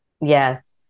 Yes